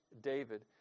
David